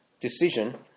decision